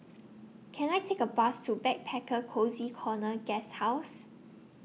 Can I Take A Bus to Backpacker Cozy Corner Guesthouse